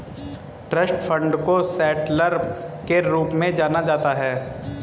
trust fund को settlor के रूप में जाना जाता है